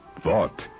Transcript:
Thought